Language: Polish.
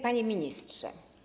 Panie Ministrze!